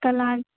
کل آ